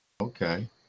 Okay